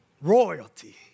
royalty